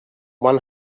one